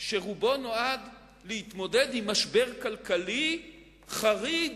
שרובו נועד להתמודד עם משבר כלכלי חריג,